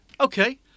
okay